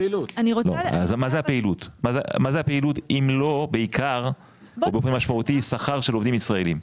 מה זאת הפעילות אם לא בעיקר באופן משמעותי שכר של עובדים ישראלים?